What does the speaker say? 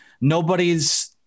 nobody's